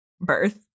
birth